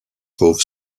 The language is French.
fauves